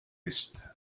ist